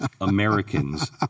Americans